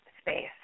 space